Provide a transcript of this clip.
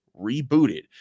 rebooted